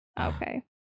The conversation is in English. okay